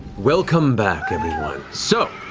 welcome back, everyone. so.